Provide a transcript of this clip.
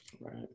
right